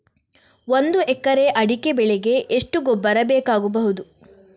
ಒಂದು ಎಕರೆ ಅಡಿಕೆ ಬೆಳೆಗೆ ಎಷ್ಟು ಗೊಬ್ಬರ ಬೇಕಾಗಬಹುದು?